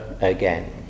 again